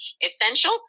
essential